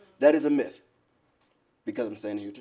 that is a myth because i'm standing